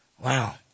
Wow